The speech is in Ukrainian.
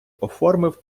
оформив